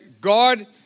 God